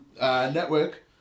Network